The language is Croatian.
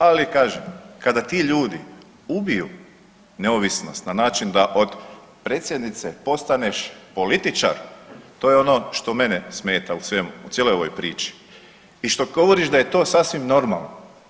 Ali kažem, kada ti ljudi ubiju neovisnost na način da od predsjednice postaneš političar, to je ono što mene smeta u svemu u cijeloj ovoj priči i što govoriš da je to sasvim normalno.